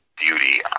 beauty